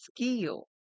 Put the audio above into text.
skill